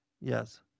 Yes